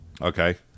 Okay